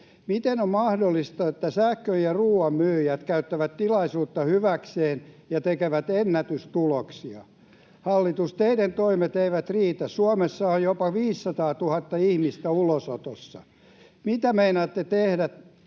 Miten on mahdollista, että sähkön- ja ruuanmyyjät käyttävät tilaisuutta hyväkseen ja tekevät ennätystuloksia? Hallitus, teidän toimet eivät riitä. Suomessa on jopa 500 000 ihmistä ulosotossa. Mitä meinaatte tehdä